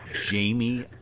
Jamie